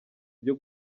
ibyo